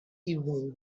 evening